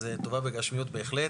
הזה טובה בגשמיות בהחלט.